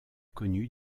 connu